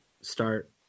start